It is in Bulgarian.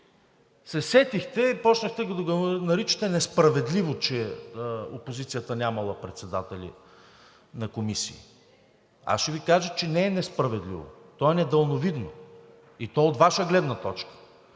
се сетихте и започнахте да наричате несправедливо, че опозицията нямала председатели на комисии. Аз ще Ви кажа, че не е несправедливо, то е недалновидно, и то от Ваша гледна точка.